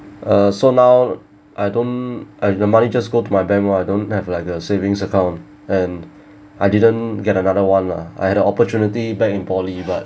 uh so now I don't uh the money just go to my bank [one] I don't have like a savings account and I didn't get another [one] lah I had the opportunity back in poly but